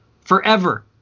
forever